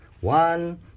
One